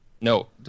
No